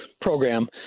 program